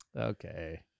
Okay